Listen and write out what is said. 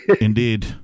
Indeed